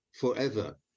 forever